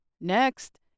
Next